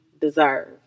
deserve